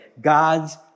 God's